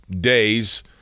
days